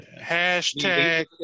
Hashtag